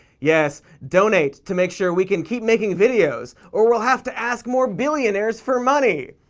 yes, donate to make sure we can keep making videos, or we'll have to ask more billionaires for money.